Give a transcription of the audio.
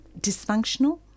Dysfunctional